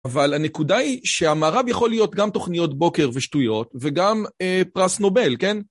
אבל הנקודה היא שהמערב יכול להיות גם תוכניות בוקר ושטויות, וגם פרס נובל, כן?